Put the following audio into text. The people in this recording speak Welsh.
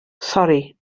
sori